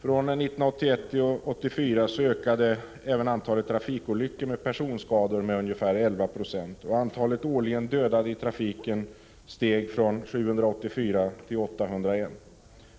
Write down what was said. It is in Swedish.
Från 1981 till 1984 ökade även antalet trafikolyckor med personskador med ungefär 11 22, och antalet årligen dödade i trafiken steg från 784 till 801.